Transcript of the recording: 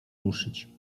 ruszyć